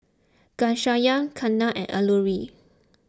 Ghanshyam Ketna and Alluri